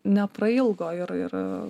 neprailgo ir ir